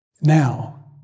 now